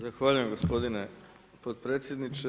Zahvaljujem gospodine potpredsjedniče.